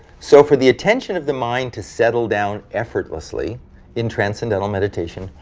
so for the attention of the mind to settle down effortlessly in transcendental meditation,